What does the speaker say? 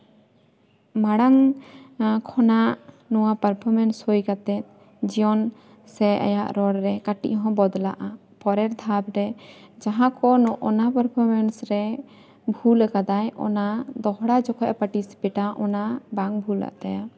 ᱢᱟᱲᱟᱝ ᱠᱷᱚᱱᱟᱜ ᱱᱚᱣᱟ ᱯᱟᱨᱯᱷᱚᱨᱢᱮᱱᱥ ᱦᱩᱭ ᱠᱟᱛᱮᱫ ᱡᱤᱭᱚᱱ ᱥᱮ ᱟᱭᱟᱜ ᱨᱚᱲ ᱨᱮ ᱠᱟᱹᱴᱤᱡ ᱦᱚᱸ ᱵᱚᱫᱞᱟᱜᱼᱟ ᱯᱚᱨᱮᱨ ᱫᱷᱟᱯ ᱨᱮ ᱡᱟᱦᱟᱸ ᱠᱚ ᱱᱚᱜᱼᱚ ᱱᱟ ᱯᱟᱨᱯᱷᱚᱨᱢᱮᱱᱥ ᱨᱮ ᱵᱷᱩᱞᱟᱠᱟᱫᱟᱭ ᱚᱱᱟ ᱫᱚᱦᱲᱟ ᱡᱚᱠᱷᱚᱱ ᱮ ᱯᱟᱴᱤᱥᱤᱯᱮᱴᱟᱭ ᱚᱱᱟ ᱵᱟᱝ ᱵᱷᱩᱞᱩᱜ ᱛᱟᱭᱟ